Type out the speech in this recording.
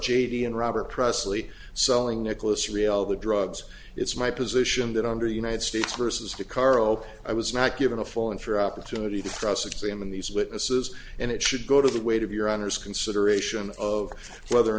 t and robert pressley selling nicholas ryall the drugs it's my position that under united states versus the caro i was not given a full and fair opportunity to cross examine these witnesses and it should go to the weight of your honor's consideration of whether or